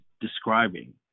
describing